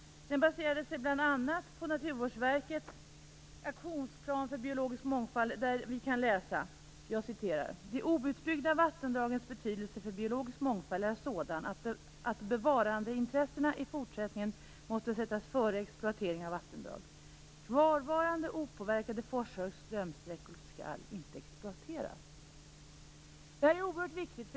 Det baserade sig bl.a. på Naturvårdsverkets aktionsplan för biologisk mångfald. I denna kan vi läsa att "de outbyggda vattendragens betydelse för biologisk mångfald är sådan att bevarandeintressena i fortsättningen måste sättas före exploatering av vattendrag. Kvarvarande forsar och strömsträckor skall inte exploateras." Det här är oerhört viktigt.